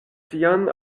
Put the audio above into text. sian